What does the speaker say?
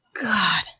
God